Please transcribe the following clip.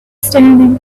standing